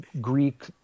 Greek